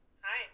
Hi